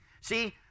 See